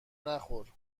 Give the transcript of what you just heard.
نخور